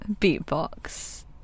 Beatbox